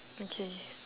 okay